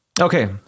Okay